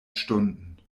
stunden